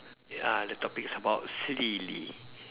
ya the topic is about silly